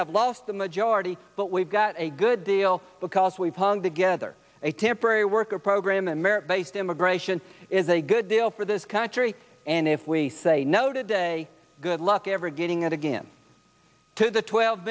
have lost the majority but we've got a good deal because we've hung together a temporary worker program and merit based immigration is a good deal for this country and if we say no today good luck ever getting out again to the twelve